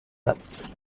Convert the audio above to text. date